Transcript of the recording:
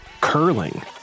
curling